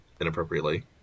inappropriately